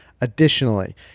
Additionally